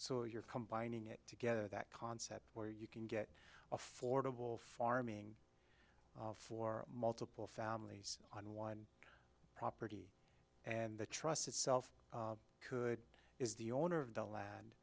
so you're combining it together that concept where you can get affordable farming for multiple families on one property and the trust itself could is the owner of the land